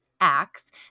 acts